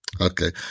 Okay